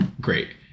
great